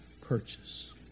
purchase